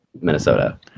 Minnesota